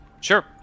Sure